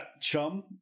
Chum